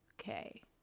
Okay